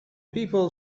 people